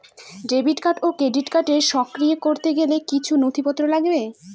Debit এবং credit card সক্রিয় করতে গেলে কিছু নথি লাগবে?